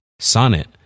Sonnet